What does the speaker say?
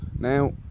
now